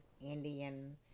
Indian